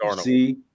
see